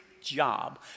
job